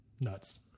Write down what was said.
nuts